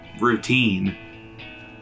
routine